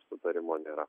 sutarimo nėra